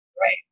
Right